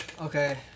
Okay